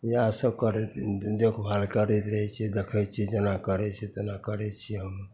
इएहसब करैत देखभाल करैत रहै छिए देखै छिए जेना करै छै तेना करैत रहै छिए हम